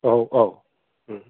औ औ